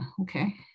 okay